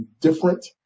different